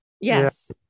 Yes